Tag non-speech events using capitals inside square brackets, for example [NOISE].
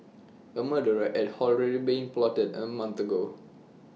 A murder red at [UNINTELLIGIBLE] been plotted A month ago